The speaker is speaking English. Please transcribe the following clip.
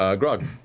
um grog.